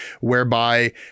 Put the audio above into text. whereby